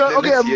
okay